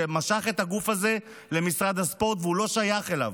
שמשך את הגוף הזה למשרד הספורט והוא לא שייך אליו.